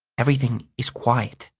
everything is quiet.